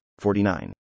49